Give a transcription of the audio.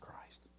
Christ